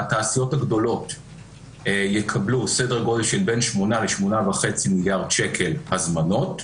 התעשיות הגדולות יקבלו סדר גודל של בין שמונה ל-8.5 מיליארד שקל הזמנות,